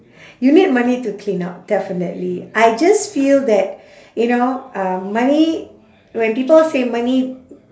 you need money to clean up definitely I just feel that you know uh money when people say money